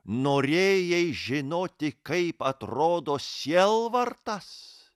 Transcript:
norėjai žinoti kaip atrodo sielvartas